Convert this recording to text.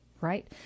Right